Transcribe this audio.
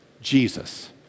Jesus